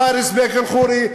פארס בק אל-ח'ורי,